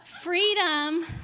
Freedom